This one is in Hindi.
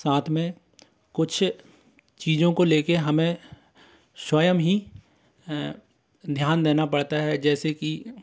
साथ में कुछ चीज़ों को ले कर हमें स्वयं ही ध्यान देना पड़ता है जैसे कि